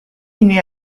ini